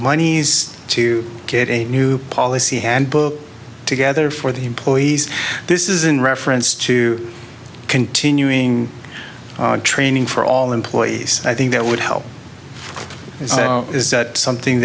monies to get a new policy handbook together for the employees this is in reference to continuing training for all employees i think that would help is that something